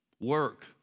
work